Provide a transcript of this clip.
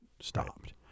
stopped